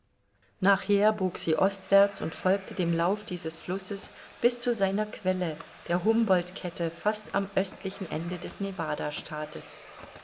nachher bog sie ostwärts und folgte dem lauf dieses flusses bis zu seiner quelle der humboldtkette fast am östlichen ende des